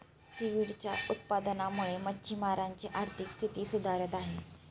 सीव्हीडच्या उत्पादनामुळे मच्छिमारांची आर्थिक स्थिती सुधारत आहे